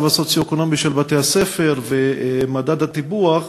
הסוציו-אקונומי של בתי-הספר ומדד הטיפוח,